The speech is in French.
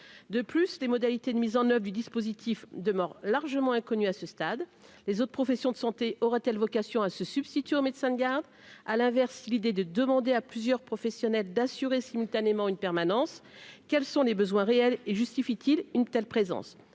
de plus, les modalités de mise en oeuvre du dispositif demeurent largement inconnues à ce stade, les autres professions de santé aura-t-elle vocation à se substituer au médecin de garde, à l'inverse, l'idée de demander à plusieurs professionnels d'assurer simultanément une permanence, quels sont les besoins réels et justifie-t-il une telle présence